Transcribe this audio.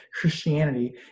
Christianity